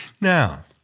Now